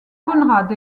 conrad